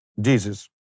Jesus